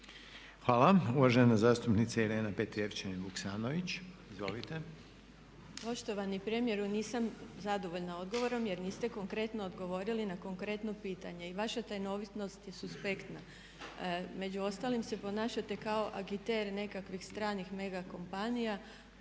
Vuksanović, izvolite. **Petrijevčanin Vuksanović, Irena (HRID)** Poštovani premijeru nisam zadovoljna odgovorom jer niste konkretno odgovorili na konkretno pitanje. I vaša tajnovitost je suspektna. Među ostalim se ponašate kao agiter nekakvih stranih mega kompanija